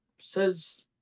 Says